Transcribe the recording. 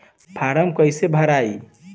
Form कईसे भराई?